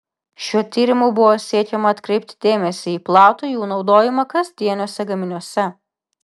šiuo tyrimu buvo siekiama atkreipti dėmesį į platų jų naudojimą kasdieniuose gaminiuose